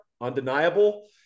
undeniable